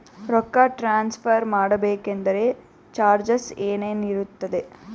ರೊಕ್ಕ ಟ್ರಾನ್ಸ್ಫರ್ ಮಾಡಬೇಕೆಂದರೆ ಚಾರ್ಜಸ್ ಏನೇನಿರುತ್ತದೆ?